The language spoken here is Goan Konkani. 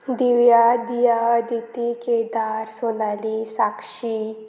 दिव्या दिया अदिती केदार सोनाली साक्षी